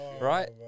right